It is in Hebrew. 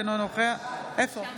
בעד